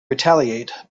retaliate